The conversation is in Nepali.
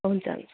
हुन्छ